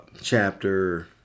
chapter